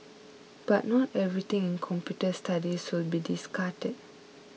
but not everything in computer studies will be discarded